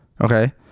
Okay